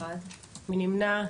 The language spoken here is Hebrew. מי נמנע?